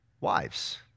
Wives